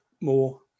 more